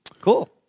Cool